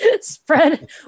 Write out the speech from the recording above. spread